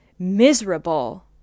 miserable